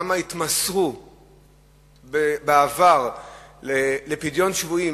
כמה התמסרו בעבר לפדיון שבויים,